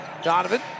Donovan